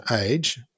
age